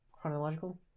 chronological